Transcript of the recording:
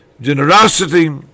generosity